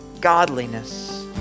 godliness